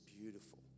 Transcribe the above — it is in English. beautiful